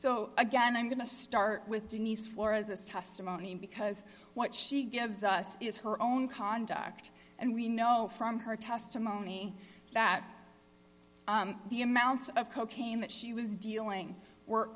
so again i'm going to start with denise flores as testimony because what she gives us is her own conduct and we know from her testimony that the amounts of cocaine that she was dealing were